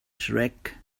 track